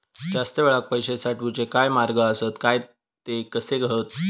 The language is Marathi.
जास्त वेळाक पैशे साठवूचे काय मार्ग आसत काय ते कसे हत?